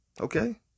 okay